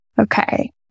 Okay